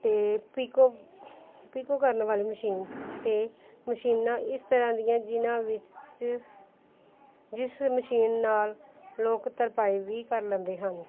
ਅਤੇ picot picot ਕਰਨ ਵਾਲੀ ਮਸ਼ੀਨ ਅਤੇ ਮਸ਼ੀਨਾਂ ਇਸ ਤਰ੍ਹਾਂ ਦੀਆਂ ਜਿਨ੍ਹਾਂ ਵਿੱਚ ਜਿਸ ਮਸ਼ੀਨ ਨਾਲ ਲੋਕ ਤਰਪਾਈ ਵੀ ਕਰ ਲੈਂਦੇ ਹਨ